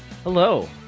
Hello